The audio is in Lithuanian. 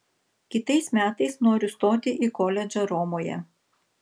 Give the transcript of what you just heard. kitais metais noriu stoti į koledžą romoje